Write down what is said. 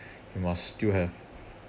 you must still have